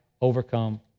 overcome